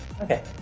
Okay